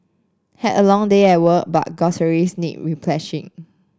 had a long day at work but groceries need